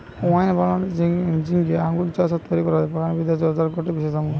wine বানানিয়ার জিনে আঙ্গুর চাষ আর তৈরি করা বাগান বিদ্যা চর্চার গটে বিশেষ অঙ্গ